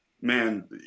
man